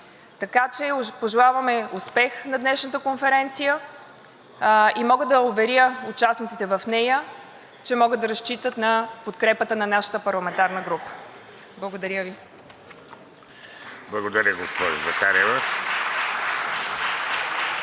Така че пожелаваме успех на днешната конференция и мога да уверя участниците в нея, че могат да разчитат на подкрепа на нашата парламентарна група. Благодаря Ви. (Ръкопляскания